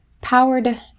powered